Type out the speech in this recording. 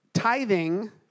tithing